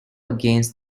against